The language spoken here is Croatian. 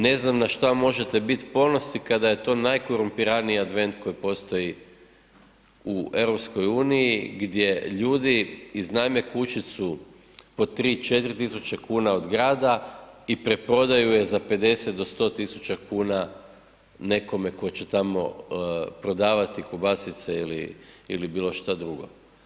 Ne znam na šta možete biti ponosni kada je to najkorumpiraniji advent koji postoji u EU gdje ljudi iznajme kućicu po 3, 4 tisuće kuna od grada i preprodaju je za 50 do 100 tisuća kuna nekome tko će tamo prodavati kobasice ili bilo šta drugo.